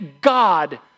God